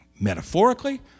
metaphorically